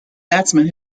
batsman